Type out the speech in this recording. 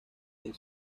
del